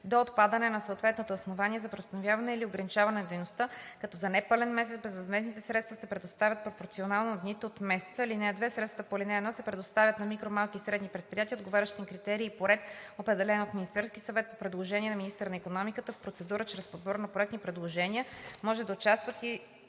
до отпадане на съответното основание за преустановяване или ограничаване на дейността, като за непълен месец безвъзмездните средства се предоставят пропорционално на дните от месеца. (2) Средствата по ал. 1 се предоставят на микро-, малки и средни предприятия, отговарящи на критерии и по ред, определени от Министерския съвет по предложение на министъра на икономиката. В процедура чрез подбор на проектни предложения може да участват и